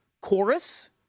chorus